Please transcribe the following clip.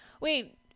wait